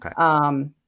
Okay